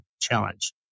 challenge